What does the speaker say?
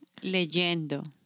Leyendo